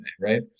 right